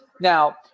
Now